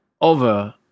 over